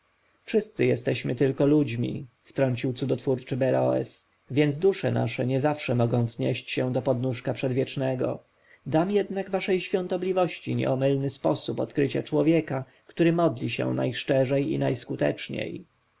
wszyscy jesteśmy tylko ludźmi wtrącił cudotwórczy beroes więc dusze nasze niezawsze mogą wznieść się do podnóżka przedwiecznego dam jednak waszej świątobliwości nieomylny sposób odkrycia człowieka który modli się najszczerzej i najskuteczniej